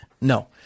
No